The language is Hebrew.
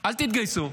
אל תתגייסו,